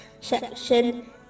section